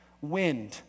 Wind